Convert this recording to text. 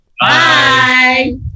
Bye